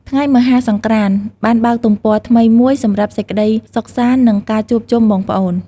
ថ្ងៃមហាសង្ក្រាន្តបានបើកទំព័រថ្មីមួយសម្រាប់សេចក្តីសុខសាន្ត និងការជួបជុំបងប្អូន។